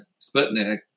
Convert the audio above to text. Sputnik